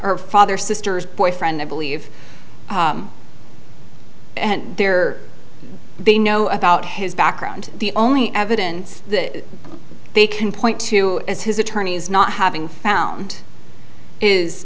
her father sister's boyfriend i believe there are they know about his background the only evidence that they can point to as his attorneys not having found is